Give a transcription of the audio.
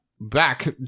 back